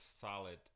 solid